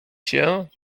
się